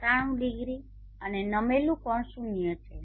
97 degree અને નમેલું કોણ શૂન્ય છે